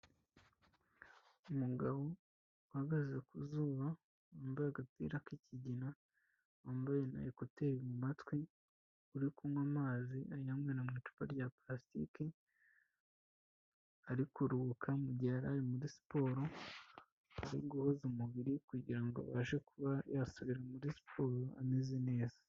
Umugabo uhagaze ku zuba, wambaye agapira k'ikigina, wambaye na ekuteri mu matwi, uri kunywa amazi ayanywera mu icupa rya parasitike, ari kuruhuka mu gihe yari ari muri siporo, ari guhoza umubiri kugira ngo abashe kuba yasubira muri siporo ameze neza.